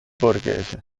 borghese